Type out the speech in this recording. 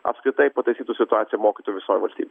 apskritai pataisytų situaciją mokytojų visoj valstybėj